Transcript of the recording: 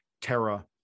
Terra